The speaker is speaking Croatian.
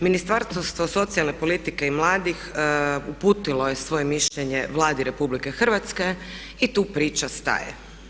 Ministarstvo socijalne politike i mladih uputilo je svoje mišljenje Vladi RH i tu priča staje.